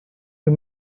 you